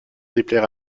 déplaire